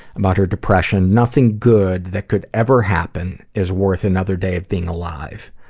about her depression, nothing good that could ever happen is worth another day of being alive.